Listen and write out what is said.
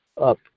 up